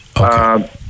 Okay